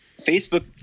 Facebook